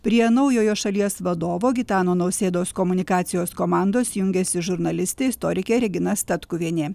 prie naujojo šalies vadovo gitano nausėdos komunikacijos komandos jungiasi žurnalistė istorikė regina statkuvienė